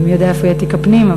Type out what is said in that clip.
מי יודע איפה יהיה תיק הפנים,